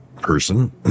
person